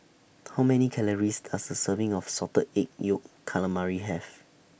How Many Calories Does A Serving of Salted Egg Yolk Calamari Have